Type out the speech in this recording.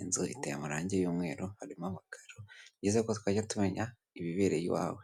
inzu iteye amarangi y'umweru harimo amakaro byiza ko twajya tumenya ibibereye iwawe.